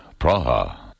Praha. (